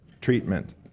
treatment